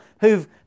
who've